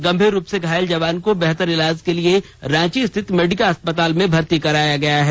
गंभीर रूप से घायल जवान को बेहतर इलाज के लिए रांची स्थित मेडिका अस्पताल में भर्ती कराया गया है